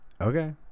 okay